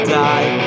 die